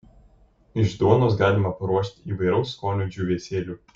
iš duonos galima paruošti įvairaus skonio džiūvėsėlių